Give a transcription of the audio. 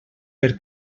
per